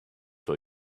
for